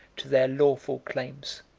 to their lawful claims.